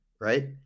right